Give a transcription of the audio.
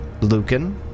Lucan